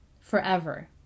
forever